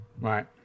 right